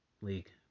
League